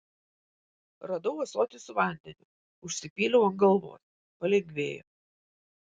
radau ąsotį su vandeniu užsipyliau ant galvos palengvėjo